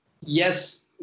yes